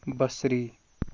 بصری